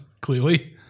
clearly